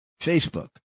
Facebook